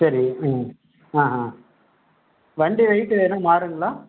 சரி ம் ஆ ஆ வண்டி வெயிட் எதுனால் மாறுங்களா